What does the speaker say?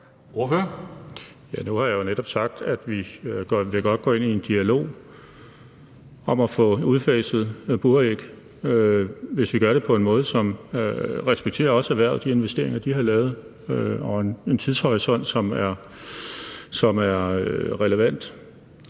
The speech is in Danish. Nu har jeg jo netop sagt, at vi godt vil gå ind i en dialog om at få udfaset buræg, hvis vi gør det på en måde, som også respekterer de investeringer, som erhvervet har lavet, og med en tidshorisont, som er relevant.